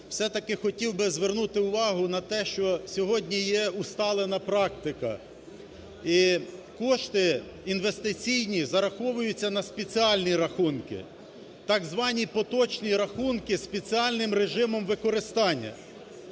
все-таки хотів би звернути увагу на те, що сьогодні є усталена практика і кошти інвестиційні, зараховуються на спеціальні рахунки, так звані поточні рахунки, спеціальним режимом використання.